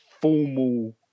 formal